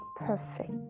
perfect